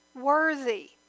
worthy